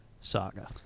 saga